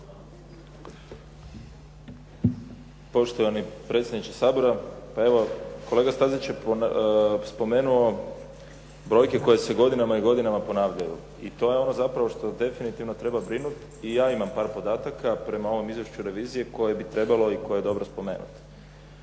Poštovani predsjedniče Sabora. Pa evo, kolega Stazić je spomenuo brojke koje se godinama i godinama ponavljaju. I to je ono zapravo što definitivno treba brinuti. I ja imam par podataka prema ovom izvješću revizije koje bi trebalo i koje je dobro spomenuti.